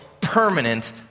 permanent